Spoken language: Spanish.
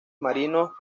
marinos